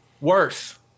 Worse